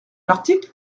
article